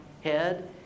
head